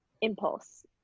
impulse